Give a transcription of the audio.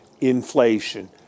inflation